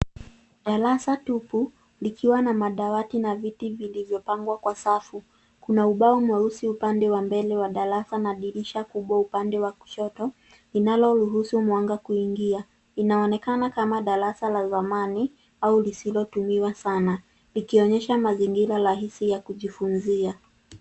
Darasa tupu likiwa na madawati na viti vilivyopangwa kwa safu. Kuna ubao mweusi upande wa mbele wa darasa na dirisha kubwa upande wa kushoto inalo ruhusu mwanga kuingia. Inaonekana kama darasa la zamani au lisilotumiwa sana likionyesha mazingira rahisi ya kujifunzia.